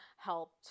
helped